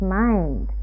mind